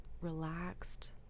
relaxed